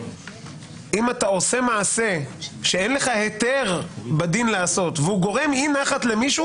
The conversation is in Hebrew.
שאם אתה עושה מעשה שאין לך היתר בדין לעשות והוא גורם אי נחת למישהו,